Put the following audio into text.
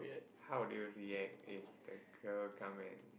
how do you react if the girl come and